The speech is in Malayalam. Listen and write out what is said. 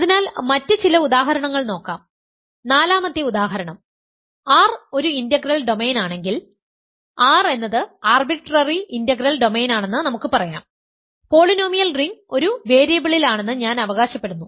അതിനാൽ മറ്റ് ചില ഉദാഹരണങ്ങൾ നോക്കാം നാലാമത്തെ ഉദാഹരണം R ഒരു ഇന്റഗ്രൽ ഡൊമെയ്നാണെങ്കിൽ അതിനാൽ R എന്നത് ആർബിട്രറി ഇന്റഗ്രൽ ഡൊമെയ്നാണെന്ന് നമുക്ക് പറയാം പോളിനോമിയൽ റിംഗ് ഒരു വേരിയബിളിലാണെന്ന് ഞാൻ അവകാശപ്പെടുന്നു